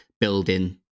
building